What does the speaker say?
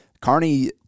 Carney